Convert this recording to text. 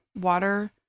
water